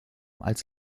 als